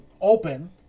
open